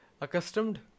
accustomed